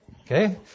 Okay